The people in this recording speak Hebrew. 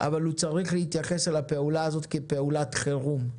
אבל הוא צריך להתייחס לפעולה הזאת כאל פעולת חירום.